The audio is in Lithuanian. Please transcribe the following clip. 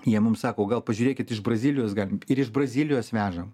jie mums sako gal pažiūrėkit iš brazilijos galim ir iš brazilijos vežam